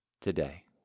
today